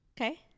Okay